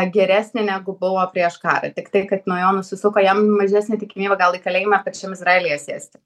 geresnė negu buvo prieš karą tiktai kad nuo jo nusisuko jam mažesnė tikimybė gal į kalėjimą pačiam izraelyje sėsti